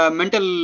mental